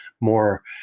more